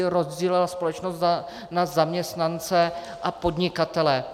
Rozdělila společnost na zaměstnance a podnikatele.